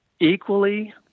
Equally